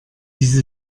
diese